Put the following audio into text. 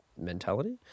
mentality